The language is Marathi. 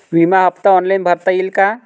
विमा हफ्ता ऑनलाईन भरता येईल का?